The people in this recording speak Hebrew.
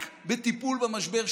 רק בטיפול במשבר.